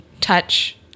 touch